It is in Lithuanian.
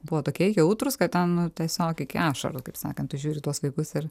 buvo tokie jautrūs kad ten tiesiog iki ašarų kaip sakant už tuos vaikus ir